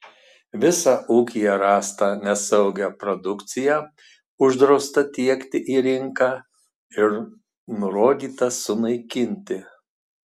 visą ūkyje rastą nesaugią produkciją uždrausta tiekti į rinką ir nurodyta sunaikinti